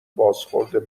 بازخورد